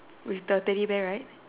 with the teddy bear right